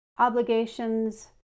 obligations